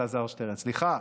השר אלעזר שטרן, סליחה.